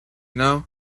know